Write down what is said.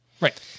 Right